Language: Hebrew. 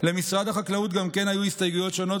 למשרד החקלאות גם כן היו הסתייגויות שונות,